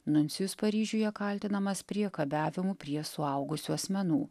nuncijus paryžiuje kaltinamas priekabiavimu prie suaugusių asmenų